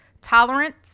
tolerance